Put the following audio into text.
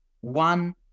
one